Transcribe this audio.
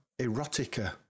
erotica